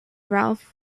ralph